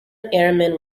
airmen